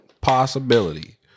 possibility